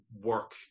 work